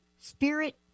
spirit